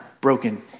broken